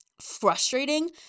frustrating